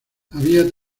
había